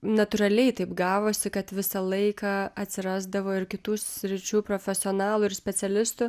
natūraliai taip gavosi kad visą laiką atsirasdavo ir kitų sričių profesionalų ir specialistų